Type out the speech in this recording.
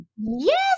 Yes